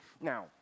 Now